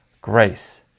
grace